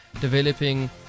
developing